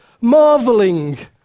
marveling